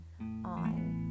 on